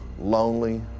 lonely